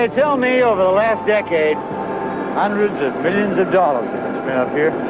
ah tell me over the last decade hundreds and um here.